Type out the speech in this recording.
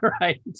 right